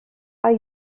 are